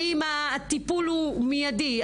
האם הטיפול הוא מיידי?